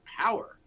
power